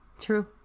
true